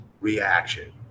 reaction